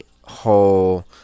whole